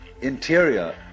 interior